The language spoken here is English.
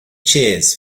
cheers